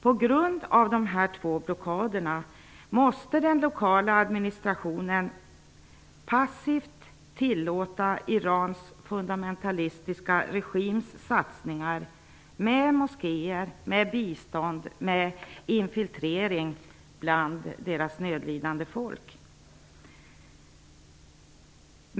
På grund av de två blockaderna måste den lokala administrationen passivt tillåta Irans fundamentalistiska regims satsningar på moskéer, bistånd och infiltrering bland dess nödlidande folk.